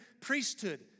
priesthood